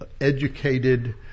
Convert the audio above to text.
educated